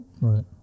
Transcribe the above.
Right